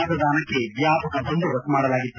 ಮತದಾನಕ್ಕೆ ವ್ಯಾಪಕ ಬಂದೋಬಸ್ತ್ ಮಾಡಲಾಗಿತ್ತು